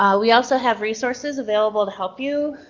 um we also have resources available to help you.